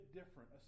different